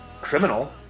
Criminal